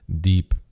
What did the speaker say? deep